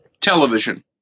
Television